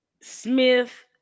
Smith